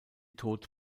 tod